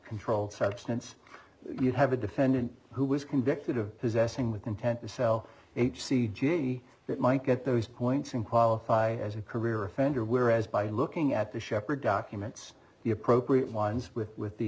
controlled substance you have a defendant who was convicted of possessing with intent to sell h c g it might get those points and qualify as a career offender we're as by looking at the shepherd documents the appropriate ones with with the